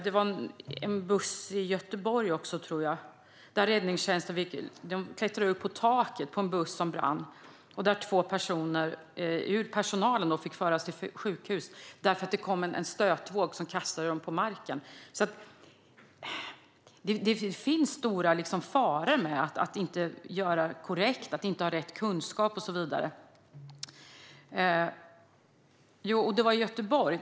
Det var en buss som brann i Göteborg, tror jag, och räddningstjänsten fick klättra upp på taket. Två personer ur personalen fick föras till sjukhus för att en stötvåg kastade dem ned på marken. Det finns alltså stora faror med att inte ha rätt kunskap och agera korrekt.